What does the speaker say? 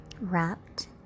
wrapped